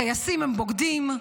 טייסים הם בוגדים,